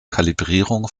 kalibrierung